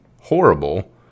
horrible